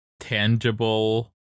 tangible